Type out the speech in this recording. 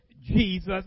Jesus